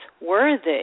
worthy